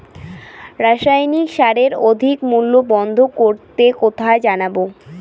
রাসায়নিক সারের অধিক মূল্য বন্ধ করতে কোথায় জানাবো?